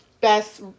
best